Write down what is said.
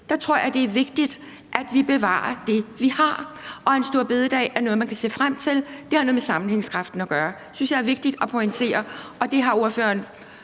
tror jeg det er vigtigt, at vi bevarer det, vi har, og en store bededag er noget, man kan se frem til. Det har noget med sammenhængskraften at gøre. Det synes jeg er vigtigt at pointere her, og det har ordføreren